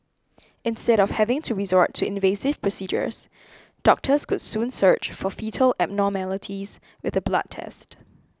instead of having to resort to invasive procedures doctors could soon search for foetal abnormalities with a blood test